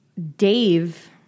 Dave